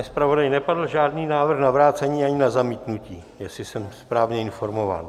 Pane zpravodaji, nepadl žádný návrh na vrácení ani na zamítnutí, jestli jsem správně informován.